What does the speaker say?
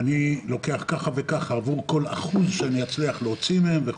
אני לוקח כך וכך עבור כל אחוז שאצליח להוציא מהם.